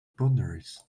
boundaries